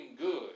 good